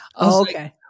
Okay